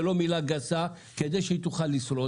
זה לא מילה גסה כדי שהוא יוכל לשרוד.